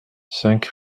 cinq